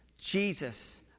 Jesus